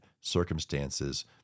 circumstances